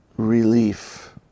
relief